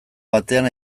batean